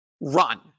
run